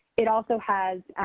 it also has.